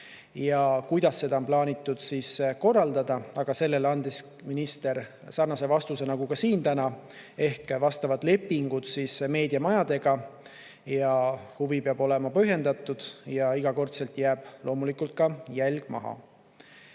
Kuidas seda on plaanitud korraldada? Sellele andis minister sarnase vastuse, nagu siin täna, et on vastavad lepingud meediamajadega ja huvi peab olema põhjendatud ja iga kord jääb loomulikult ka jälg maha.